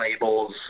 labels